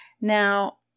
Now